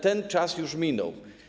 Ten czas już minął.